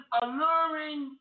alluring